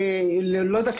לא יודעת,